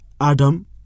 Adam